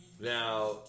Now